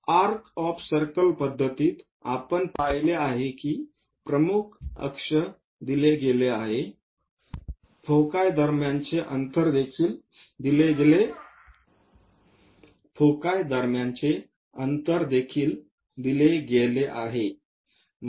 arc of circle पद्धतीत आपण पाहिले आहे की प्रमुख अक्ष दिले गेले आहे फोकाय दरम्यान अंतर दिले गेले आहे